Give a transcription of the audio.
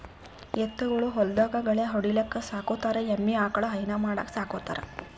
ಎತ್ತ್ ಗೊಳ್ ಹೊಲ್ದಾಗ್ ಗಳ್ಯಾ ಹೊಡಿಲಿಕ್ಕ್ ಸಾಕೋತಾರ್ ಎಮ್ಮಿ ಆಕಳ್ ಹೈನಾ ಮಾಡಕ್ಕ್ ಸಾಕೋತಾರ್